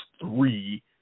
three